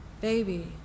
baby